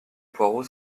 poireaux